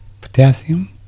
potassium